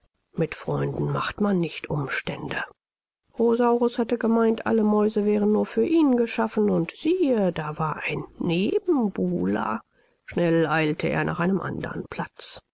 mit freunden macht man nicht umstände rosaurus hatte gemeint alle mäuse wären nur für ihn geschaffen und siehe da war ein nebenbuhler schnell eilte er nach einem andern platz